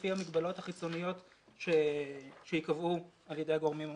לפי המגבלות החיצוניות שייקבעו על ידי הגורמים המוסמכים.